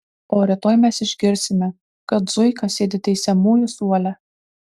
o rytoj mes išgirsime kad zuika sėdi teisiamųjų suole